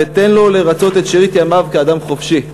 ותן לו לרצות את שארית ימיו כאדם חופשי.